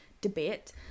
debate